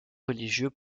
religieux